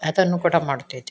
ಅದನ್ನು ಕೂಡ ಮಾಡುತ್ತಿದ್ದೆ